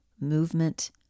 movement